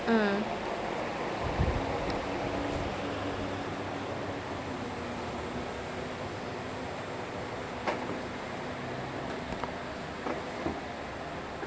so that's your appetiser so அதுக்கு அப்புறம்:athukku appuram they will start with each course okay so அப்போ வந்து:appo vanthu on the first நீ வந்து:nee vanthu also they'll give you like if you order the mutton curry they'll give you the mutton first